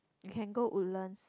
can go Woodlands